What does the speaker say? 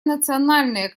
национальная